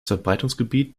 verbreitungsgebiet